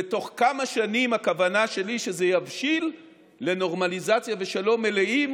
ובתוך כמה שנים הכוונה שלי שזה יבשיל לנורמליזציה ושלום מלאים.